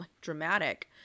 dramatic